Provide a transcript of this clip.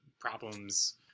problems